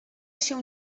się